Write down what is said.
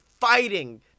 fighting